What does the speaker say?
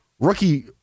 Rookie